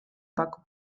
pakub